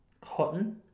cotton